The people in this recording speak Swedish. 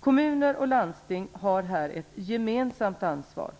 Kommuner och landsting har här ett gemensamt ansvar.